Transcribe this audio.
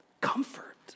comfort